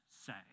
say